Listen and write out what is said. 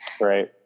Right